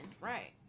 right